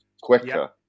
quicker